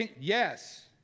yes